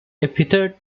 epithet